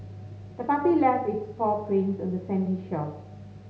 the puppy left its paw prints on the sandy shore